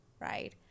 Right